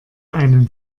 einen